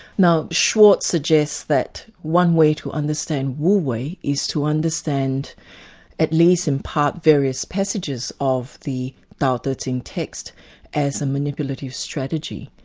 now schwartz suggests that one way to understand wu wei is to understand at least in part, various passages of the dao de ching text as a manipulative strategy,